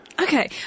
Okay